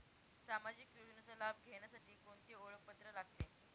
सामाजिक योजनेचा लाभ घेण्यासाठी कोणते ओळखपत्र लागते?